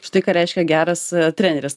štai ką reiškia geras treneris